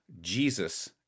Jesus